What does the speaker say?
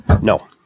No